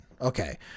Okay